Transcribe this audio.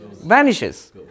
Vanishes